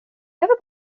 jag